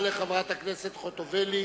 תודה לחברת הכנסת חוטובלי.